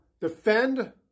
defend